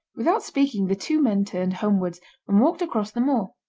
without speaking the two men turned homewards, and walked across the moor.